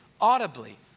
audibly